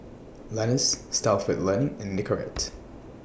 Lenas Stalford Learning and Nicorette